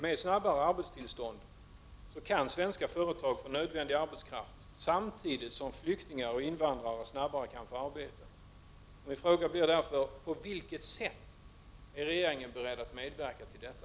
Med snabbare beslut om arbetstillstånd kan svenska företag få nödvändig arbetskraft samtidigt som flyktingar och invandrare fortare kan få arbete. Min fråga blir därför: På vilket sätt är regeringen beredd att medverka till detta?